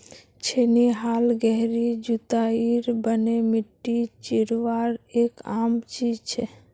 छेनी हाल गहरी जुताईर तने मिट्टी चीरवार एक आम चीज छे